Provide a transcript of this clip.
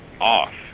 off